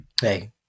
Hey